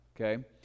Okay